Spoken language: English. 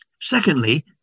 Secondly